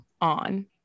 on